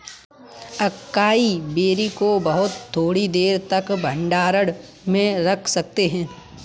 acai berry को बहुत थोड़ी देर तक भंडारण में रख सकते हैं